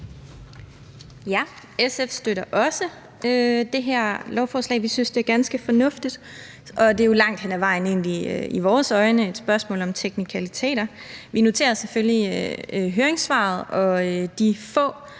SF støtter også det her lovforslag. Vi synes, det er ganske fornuftigt. Og det er jo set med vores øjne langt hen ad vejen et spørgsmål om teknikaliteter. Vi noterer os selvfølgelig de få